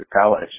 college